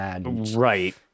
Right